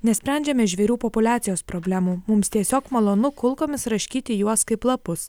nesprendžiame žvėrių populiacijos problemų mums tiesiog malonu kulkomis raškyti juos kaip lapus